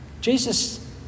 Jesus